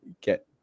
get